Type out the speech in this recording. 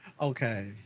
Okay